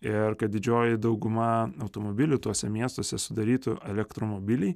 ir kad didžioji dauguma automobilių tuose miestuose sudarytų elektromobiliai